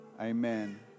Amen